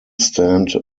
stand